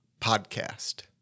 Podcast